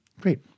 great